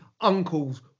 uncles